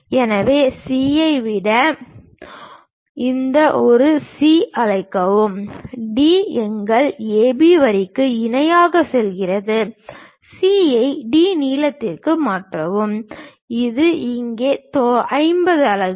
எனவே C ஐ விட இந்த ஒரு C ஐ அழைக்கவும் D எங்கள் A B வரிக்கு இணையாக செல்கிறது C ஐ D நீளத்திற்கு மாற்றவும் இது இங்கே 50 அலகுகள்